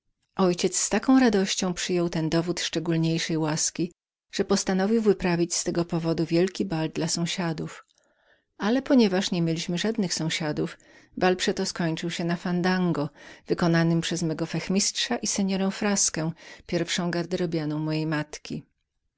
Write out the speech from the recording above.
ojciec z takiem szczęściem przyjął ten dowód szczególniejszej łaski że postanowił z tego powodu wyprawić wielki bal dla sąsiadów ale ponieważ niemieliśmy żadnych sąsiadów bal przeto skończył się na fandango wykonanem przez mego fechtmistrza i signorę fraskę pierwszą garderobianę mojej matki